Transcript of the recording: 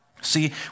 See